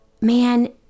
man